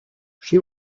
she